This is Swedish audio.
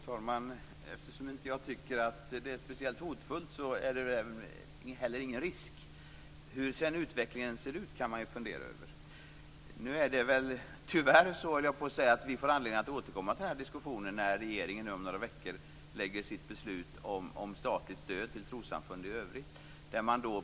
Fru talman! Eftersom jag inte tycker att läget är speciellt hotfullt ser jag inte heller någon risk. Hur utvecklingen sedan ser ut kan man ju fundera över. Vi får tyvärr anledning att återkomma till den här diskussionen när regeringen om några veckor lägger fram sitt förslag till beslut om statligt stöd till trossamfund i övrigt.